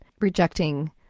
rejecting